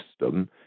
system